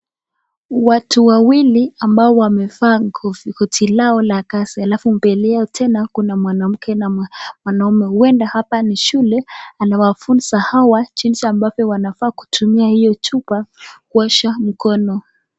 Watu wawili ambao wamevaa koti lao la kazi alafu mbele yao tena kuna mwanamke na mwanaume. Huenda hapa ni shule anawafunza hawa jinsi ambavyo wanafaa kutumia hiyo chupa kuosha mkono.